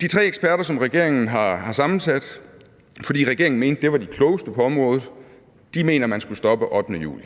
De tre eksperter, som regeringen har sammensat, fordi regeringen mente, at de var de klogeste på området, mener, at man skulle stoppe den 8. juli.